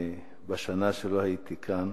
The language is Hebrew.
בשנה שלא הייתי כאן